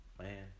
man